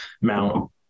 mount